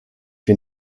wir